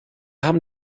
haben